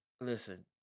Listen